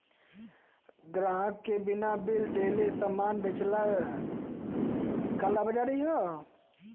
ग्राहक के बिना बिल देले सामान बेचना कालाबाज़ारी हौ